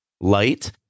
light